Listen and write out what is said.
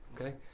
Okay